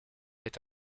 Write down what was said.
est